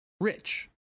Rich